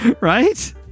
Right